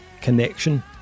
Connection